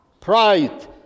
pride